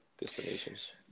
destinations